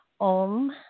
Om